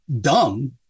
dumb